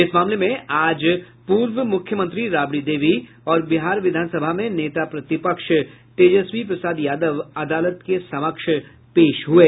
इस मामले में आज पूर्व मुख्यमंत्री राबड़ी देवी और बिहार विधानसभा में नेता प्रतिपक्ष तेजस्वी प्रसाद यादव अदालत के समक्ष पेश हुये